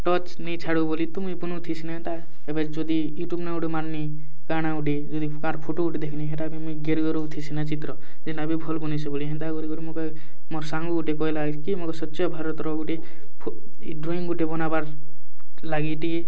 touch ନାଇ ଛାଡ଼ୁ ବୋଲି ତ ମୁଇଁ ବନଉଥିସିଁ ଏନ୍ତା ଏବେ ଯଦି ୟୁଟ୍ୟୁବ୍ ନେ ଗୁଟେ ମାର୍ଲି କା'ଣା ଗୁଟେ ଯଦି କାହାର୍ ଫୋଟୋ ଗୁଟେ ଦେଖ୍ଲି ହେତାକେ ମୁଇଁ ଗେର୍ଗେରଉ ଥିସି ନ ଚିତ୍ର ଯେନ୍ତା ବି ଭଲ୍ ବନେଇଛୁ ବୋଲି ହେନ୍ତା କରି କରି ମତେ ମୋର୍ ସାଙ୍ଗ୍ ଗୁଟେ କହେଲା କି ମୋର୍ ସ୍ୱଚ୍ଛ ଭାରତ୍ ର ଗୁଟେ ଡ୍ରଇଂ ଗୁଟେ ବନାବାର୍ ଲାଗି ଟିକେ